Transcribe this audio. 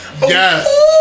Yes